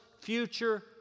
future